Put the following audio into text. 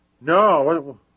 No